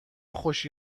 خوشی